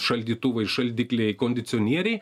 šaldytuvai šaldikliai kondicionieriai